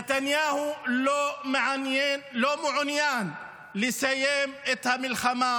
נתניהו לא מעוניין לסיים את המלחמה,